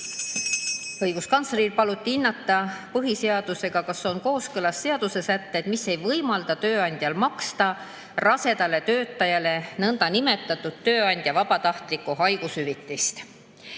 õiguskantsleril paluti hinnata, kas põhiseadusega on kooskõlas seadussätted, mis ei võimalda tööandjal maksta rasedale töötajale nõndanimetatud tööandja vabatahtlikku haigushüvitist.